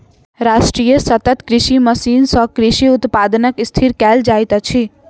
राष्ट्रीय सतत कृषि मिशन सँ कृषि उत्पादन स्थिर कयल जाइत अछि